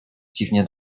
dziwnie